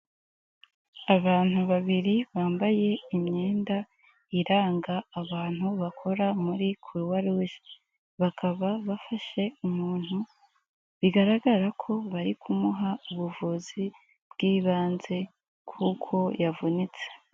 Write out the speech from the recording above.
Abantu babiri bambaye imyenda iranga abantu bakora muri Croix rouge, bakaba bafashe umuntu bigaragara ko bari kumuha ubuvuzi bw'ibanze kuko yavunitse.